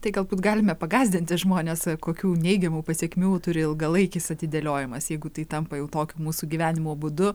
tai galbūt galime pagąsdinti žmones kokių neigiamų pasekmių turi ilgalaikis atidėliojimas jeigu tai tampa jau tokiu mūsų gyvenimo būdu